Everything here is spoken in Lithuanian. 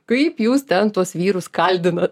kaip jūs ten tuos vyrus kaldinot